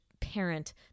parent